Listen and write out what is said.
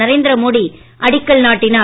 நரேந்திர மோடி அடிக்கல் நாட்டினார்